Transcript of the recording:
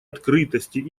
открытости